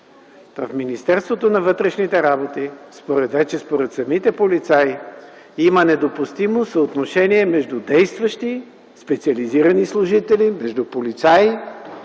В Министерството на вътрешните работи, вече според самите полицаи, има недопустимо съотношение между действащи, специализирани служители, между полицаи